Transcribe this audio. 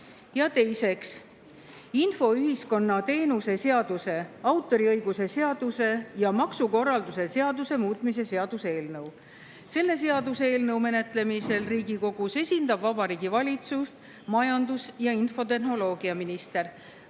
Ja teiseks, infoühiskonna teenuse seaduse, autoriõiguse seaduse ja maksukorralduse seaduse muutmise seaduse eelnõu. Selle seaduseelnõu menetlemisel Riigikogus esindab Vabariigi Valitsust majandus- ja infotehnoloogiaminister.